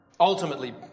Ultimately